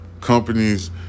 companies